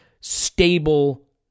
stable